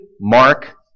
Mark